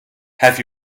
have